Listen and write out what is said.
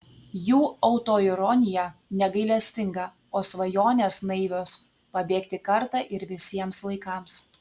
jų autoironija negailestinga o svajonės naivios pabėgti kartą ir visiems laikams